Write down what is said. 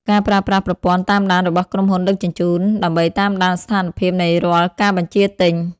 ការប្រើប្រាស់ប្រព័ន្ធតាមដានរបស់ក្រុមហ៊ុនដឹកជញ្ជូន ដើម្បីតាមដានស្ថានភាពនៃរាល់ការបញ្ជាទិញ។